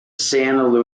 santa